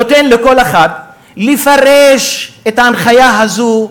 נותן לכל אחד לפרש את ההנחיה הזאת,